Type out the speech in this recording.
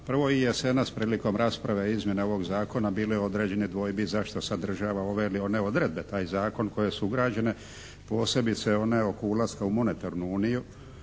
Prvo, jesenas prilikom rasprave izmjene ovog zakona bile određene dvojbe zašto sadržava ove ili one odredbe taj zakon koje su ugrađene, posebice one oko ulaska u monetarnu uniju,